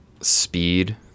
speed